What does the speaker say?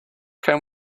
can